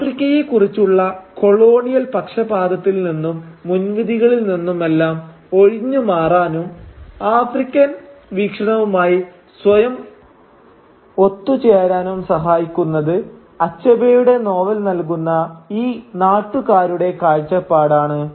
ആഫ്രിക്കയെ കുറിച്ചുള്ള കൊളോണിയൽ പക്ഷപാദത്തിൽനിന്നും മുൻവിധികളിൽ നിന്നും എല്ലാം ഒഴിഞ്ഞുമാറാനും ആഫ്രിക്കൻ വീക്ഷണവുമായി സ്വയം ഒത്തുചേരാനും സഹായിക്കുന്നത് അച്ഛബേയുടെ നോവൽ നൽകുന്ന ഈ നാട്ടുകാരുടെ കാഴ്ചപ്പാടാണ്